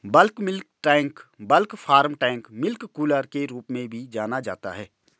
bulk milk tank bulk farm tank milk cooler के रूप में भी जाना जाता है,